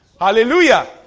Hallelujah